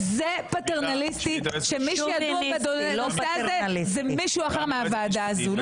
כזה פטרנליסטי שמי שידון בנושא הזה זה מישהו אחר מהוועדה הזו.